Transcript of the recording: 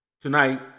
Tonight